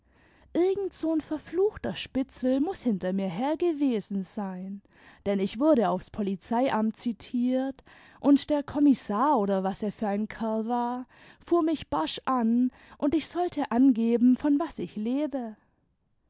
so n verfluchter spitzel muß hinter mix her gewesen sein denn ich wurde aufs polizeiamt zitiert und der kommissar oder was er für ein kerl war fuhr mich barsch an und ich sollte angeben von was ich lebe